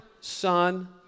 Son